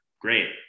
Great